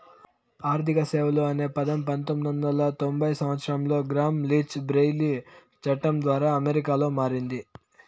ఆర్థిక సేవలు అనే పదం పంతొమ్మిది వందల తొంభై సంవచ్చరంలో గ్రామ్ లీచ్ బ్లెయిలీ చట్టం ద్వారా అమెరికాలో మారింది